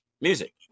music